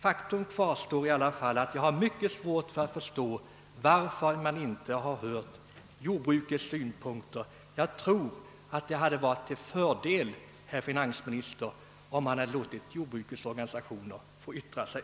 Faktum kvarstår alltså, och jag har mycket svårt att förstå varför inte jordbrukets synpunkter inhämtats. Jag tror att det hade varit till fördel, herr finansminister, om jordbrukets organisationer fått yttra sig.